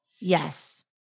Yes